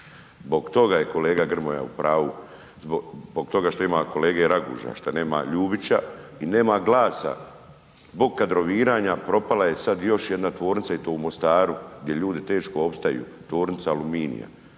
Zbog toga je kolega Grmoja u pravu, zbog toga što ima kolege Raguža, što nema Ljubića i nema glasa, zbog kadroviranja propala je sad još jedna tvornica i to u Mostaru gdje ljudi teško opstaju, tvornica Aluminija.